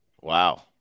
Wow